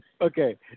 Okay